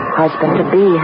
husband-to-be